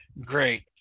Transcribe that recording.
great